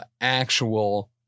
actual